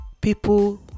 people